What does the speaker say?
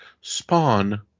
Spawn